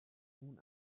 اون